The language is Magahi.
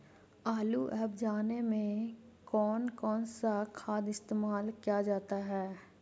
आलू अब जाने में कौन कौन सा खाद इस्तेमाल क्या जाता है?